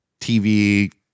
tv